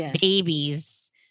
babies